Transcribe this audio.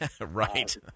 Right